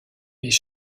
mais